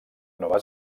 nova